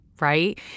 right